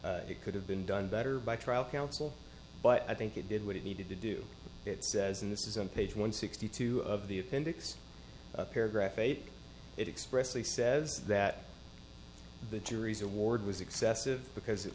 motion it could have been done better by trial counsel but i think it did what it needed to do it says and this is on page one sixty two of the appendix a paragraph eight it expressly says that the jury's award was excessive because it